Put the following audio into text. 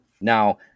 Now